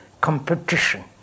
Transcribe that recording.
competition